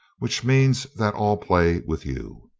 which means that all play with you.